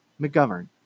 McGovern